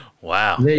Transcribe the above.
Wow